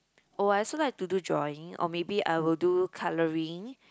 oh I also like to do drawing or maybe I will do coloring